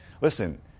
listen